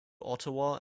ottawa